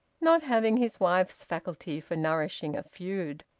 not having his wife's faculty for nourishing a feud.